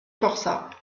forçats